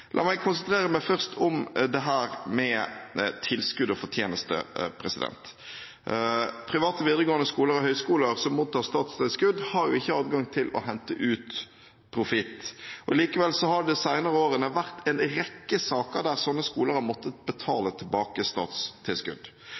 La meg først konsentrere meg om dette med tilskudd og fortjeneste. Private videregående skoler og høyskoler som mottar statstilskudd, har ikke adgang til å hente ut profitt. Likevel har det de senere årene vært en rekke saker der slike skoler har måttet betale tilbake statstilskudd.